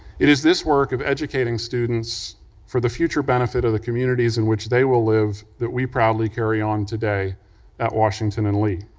it is this work of educating students for the future benefit of the communities in which they will live that we proudly carry on today at washington and lee.